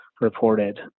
reported